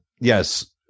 Yes